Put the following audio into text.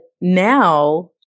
now